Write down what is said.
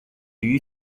you